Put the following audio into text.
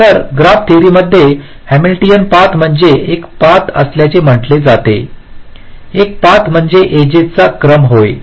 तर graph theory मध्ये Hamiltonian path म्हणजे एक पाथ असल्याचे म्हटले जाते एक पाथ म्हणजे एजेसचा क्रम होय